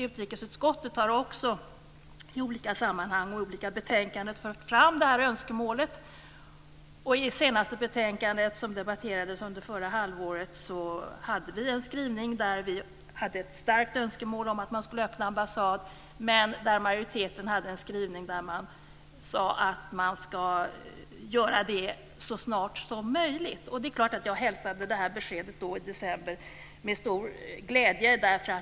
Utrikesutskottet har också i olika sammanhang och i olika betänkanden fört fram det här önskemålet. I det senaste betänkandet, som debatterades under förra halvåret, hade vi en skrivning med ett starkt önskemål om att man skulle öppna ambassad, men majoriteten hade en skrivning som sade att man skulle göra det så snart som möjligt. Därför hälsade jag förstås detta besked i december med stor glädje.